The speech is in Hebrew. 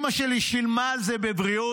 אימא שלי שילמה על זה בבריאות,